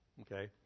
Okay